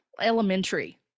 elementary